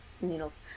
needles